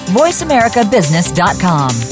voiceamericabusiness.com